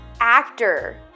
actor